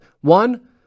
One